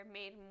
made